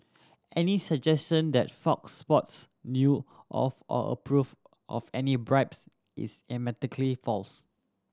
any suggestion that Fox Sports knew of or approved of any bribes is emphatically false